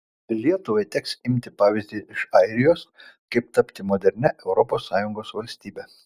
lietuvai teks imti pavyzdį iš airijos kaip tapti modernia europos sąjungos valstybe